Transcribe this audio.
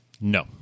No